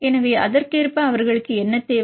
எனவே அதற்கேற்ப அவர்களுக்கு என்ன தேவை